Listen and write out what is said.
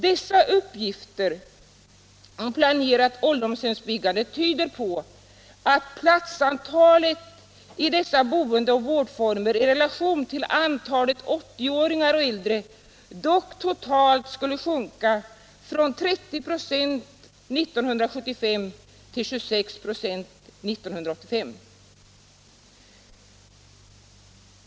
Dessa uppgifter och uppgifter om planerat ålderdomshemsbyggande tyder på att platsantalet i dessa boendeoch vårdformer i relation till antalet 80-åringar och äldre dock totalt skulle sjunka från 30 926 år 1975 till 26 926 år 1985.